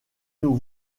nous